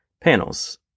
Panels